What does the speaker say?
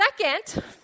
Second